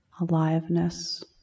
aliveness